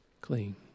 clean